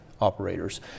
operators